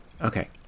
Okay